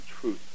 truth